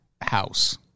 house